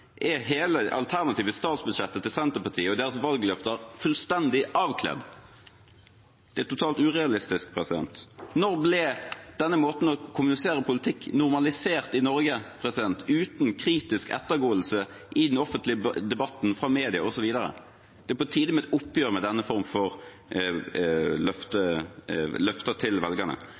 er hele det alternative statsbudsjettet til Senterpartiet og deres valgløfter fullstendig avkledd. Det er totalt urealistisk. Når ble denne måten å kommunisere politikk på normalisert i Norge – uten kritisk å ettergå det i den offentlige debatten, fra medier osv.? Det er på tide med et oppgjør med denne formen for løfter til velgerne.